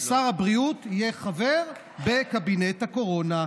אז שר הבריאות יהיה חבר בקבינט הקורונה.